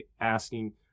asking